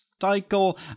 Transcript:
cycle